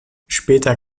später